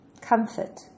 Comfort